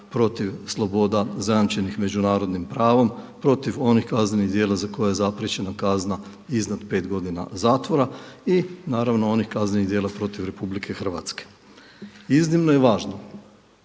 protiv sloboda zajamčenih međunarodnim pravom, protiv oni kaznenih djela za koje je zapriječena kazna iznad pet godina zatvora i naravno onih kaznenih djela protiv RH. Iznimno je važno